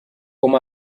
com